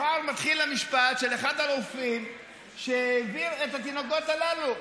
מחר מתחיל המשפט של אחד הרופאים שהעביר את התינוקות הללו.